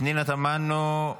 פנינה תמנו,